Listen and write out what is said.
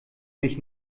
mich